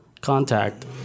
contact